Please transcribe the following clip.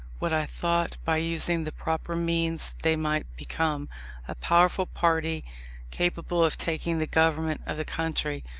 what i thought by using the proper means they might become a powerful party capable of taking the government of the country,